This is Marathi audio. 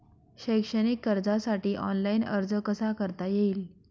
शैक्षणिक कर्जासाठी ऑनलाईन अर्ज कसा करता येईल?